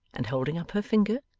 and holding up her finger,